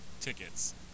tickets